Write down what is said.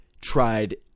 tried